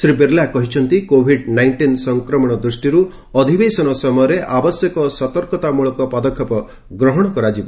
ଶ୍ରୀ ବିର୍ଲା କହିଛନ୍ତି Covid nineteen ସଂକ୍ରମଣ ଦୃଷ୍ଟିରୁ ଅଧିବେଶନ ସମୟରେ ଆବଶ୍ୟକ ସତର୍କତା ମୂଳକ ପଦକ୍ଷେପ ଗ୍ରହଣ କରାଯିବ